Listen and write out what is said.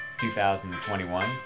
2021